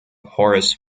horace